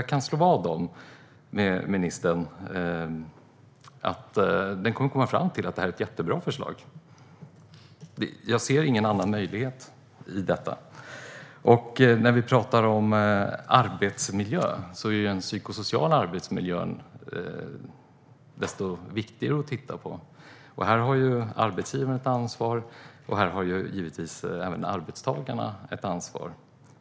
Jag kan slå vad med ministern om att utredningen kommer att komma fram till att detta är ett jättebra förslag; jag ser ingen annan möjlighet. På tal om arbetsmiljön är den psykosociala arbetsmiljön desto viktigare att titta på. Här har arbetsgivaren ett ansvar, och även arbetstagarna har givetvis ett ansvar.